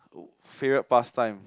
favourite pastime